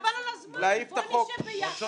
בתקנתם?